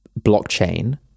blockchain